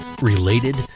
related